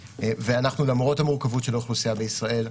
למרות המורכבות של האוכלוסייה בישראל,